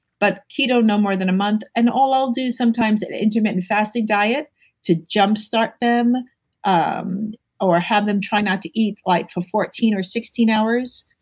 but, keto no more than a month. and all i'll do sometimes, and intermittent fasting diet to jump start them um or have them try not to eat like for fourteen or seventeen hours.